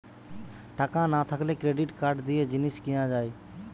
টাকা না থাকলে ক্রেডিট কার্ড দিয়ে জিনিস কিনা যায়